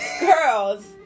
girls